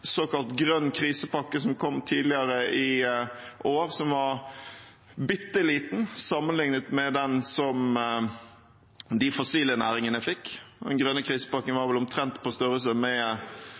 såkalt grønne krisepakken som kom tidligere i år, var bitte liten sammenlignet med den som de fossile næringene fikk – den var vel omtrent på størrelse med